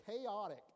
chaotic